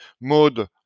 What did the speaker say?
mode